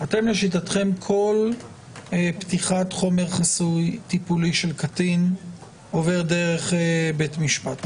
לשיטתכם כל פתיחת חומר חסוי טיפולי של קטין עובר דרך בית משפט.